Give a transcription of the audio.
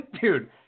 Dude